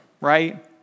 right